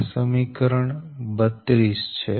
આ સમીકરણ 32 છે